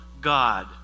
God